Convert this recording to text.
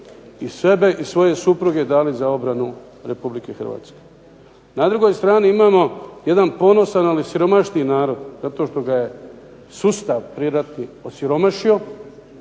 i sebe i svoje supruge dali za obranu Republike Hrvatske. Na drugoj strani imamo jedan ponosan, ali siromašniji narod zato što ga je sustav prijeratni osiromašio,